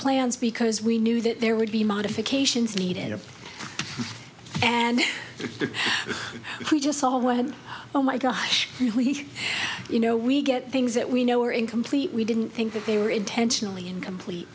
plans because we knew that there would be modifications needed and we just saw one of the oh my gosh you know we get things that we know are incomplete we didn't think that they were intentionally incomplete